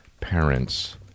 Parents